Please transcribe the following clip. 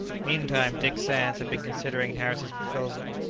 meantime dick sands had been considering harris's proposal.